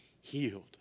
healed